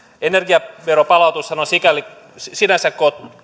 energiaveron palautushan on sinänsä